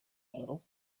little